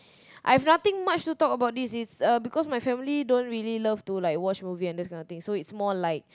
I've nothing much to talk about this its because my family don't really love to like watch movie and there's nothing so it's more like